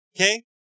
Okay